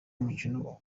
umukino